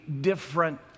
different